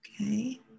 Okay